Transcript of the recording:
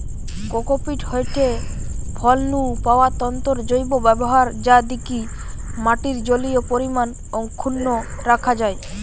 cocopeat হয়ঠে ফল নু পাওয়া তন্তুর জৈব ব্যবহার যা দিকি মাটির জলীয় পরিমাণ অক্ষুন্ন রাখা যায়